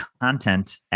content